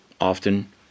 often